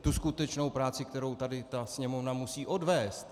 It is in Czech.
Tu skutečnou práci, kterou tady Sněmovna musí odvést.